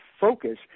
focus